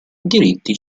diritti